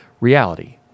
Reality